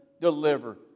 deliver